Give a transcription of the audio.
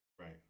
Right